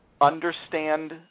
understand